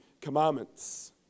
commandments